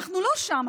אנחנו לא שם.